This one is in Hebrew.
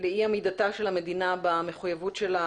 היום אנחנו דנים בחשש לאי עמידתה של המדינה במחויבות שלה